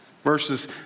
Verses